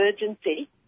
emergency